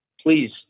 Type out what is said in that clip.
please